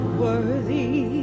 worthy